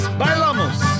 bailamos